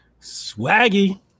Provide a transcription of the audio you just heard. Swaggy